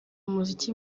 umuziki